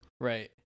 right